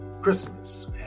Christmas